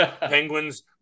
Penguins